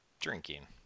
drinking